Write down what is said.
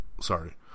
sorry